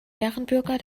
ehrenbürger